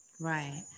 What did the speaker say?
Right